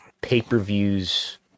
pay-per-views